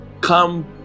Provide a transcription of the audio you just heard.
come